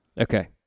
Okay